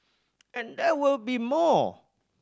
and there will be more